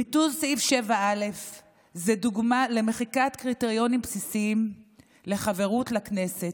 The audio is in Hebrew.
ביטול סעיף 7א הוא דוגמה למחיקת קריטריונים בסיסיים לחברות לכנסת,